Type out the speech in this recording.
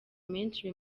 menshi